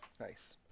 Nice